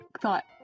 thought